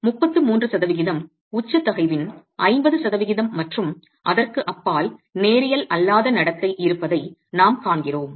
33 சதவிகிதம் உச்ச தகைவின் 50 சதவிகிதம் மற்றும் அதற்கு அப்பால் நேரியல் அல்லாத நடத்தை இருப்பதை நாம் காண்கிறோம்